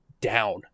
down